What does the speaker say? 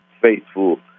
faithful